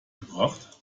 gebracht